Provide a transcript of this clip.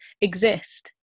exist